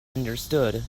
understood